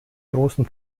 großen